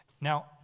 Now